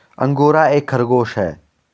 angora एक खरगोश है